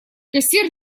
кассир